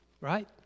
right